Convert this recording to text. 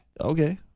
Okay